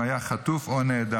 הוא היה חטוף או נעדר.